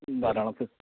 ധാരളം ഫ്